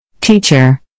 Teacher